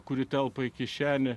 kuri telpa į kišenę